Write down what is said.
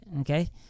okay